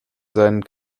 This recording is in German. sein